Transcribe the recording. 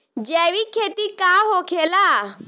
जैविक खेती का होखेला?